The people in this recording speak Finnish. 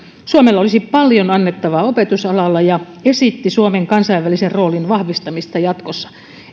suomella olisi paljon annettavaa opetusalalla ja esitti suomen kansainvälisen roolin vahvistamista jatkossa